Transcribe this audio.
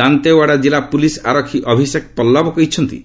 ଦାନ୍ତେୱାଡ଼ା ଜିଲ୍ଲା ପୁଲିସ୍ ଆରକ୍ଷୀ ଅଭିଷେକ ପଲ୍ଲବ କହିଛନ୍ତି